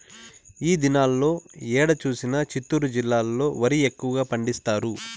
ఈ దినాల్లో ఏడ చూసినా చిత్తూరు జిల్లాలో వరి ఎక్కువగా పండిస్తారు